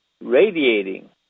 radiating